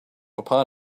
upon